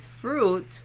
fruit